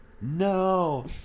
No